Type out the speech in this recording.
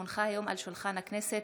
כי הונחו היום על שולחן הכנסת,